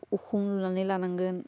उखुम लुनानै लानांगोन